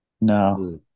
No